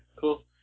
Cool